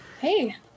Hey